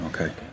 Okay